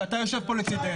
שאתה יושב פה לצדנו.